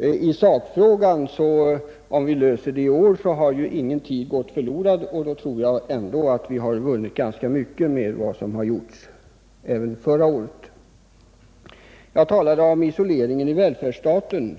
I sakfrågan vill jag säga att om vi löser problemet i år har ju ingen tid gått förlorad, och då tror jag att vi vunnit ganska mycket även med det som gjordes förra året. Jag talade om isoleringen i välfärdsstaten.